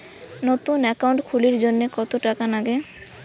নতুন একাউন্ট খুলির জন্যে কত টাকা নাগে?